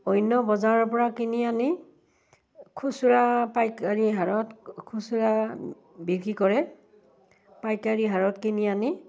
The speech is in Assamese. অন্য বজাৰৰপৰা কিনি আনি খুচুৰা পাইকাৰী হাৰত খুচুৰা বিক্ৰী কৰে পাইকাৰী হাৰত কিনি আনি